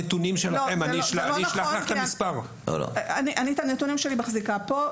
אני את הנתונים שלי מחזיקה פה.